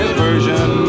version